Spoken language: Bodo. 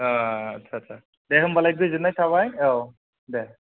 आटसा सा दे होनबालाय गोजोननाय थाबाय औ दे